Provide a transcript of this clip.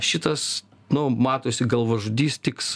šitas nu matosi galvažudys tiks